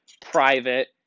private